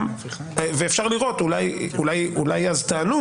אפשר לראות, אולי אז טענו